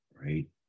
right